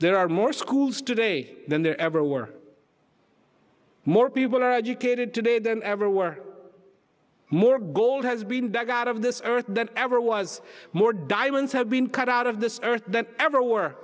there are more schools today than there ever were more people are educated today than ever were more gold has been dug out of this earth that ever was more diamonds have been cut out of this earth than ever were